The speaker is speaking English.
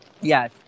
Yes